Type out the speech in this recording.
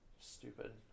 stupid